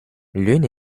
l’une